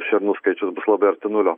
šernų skaičius bus labai arti nulio